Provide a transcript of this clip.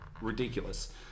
ridiculous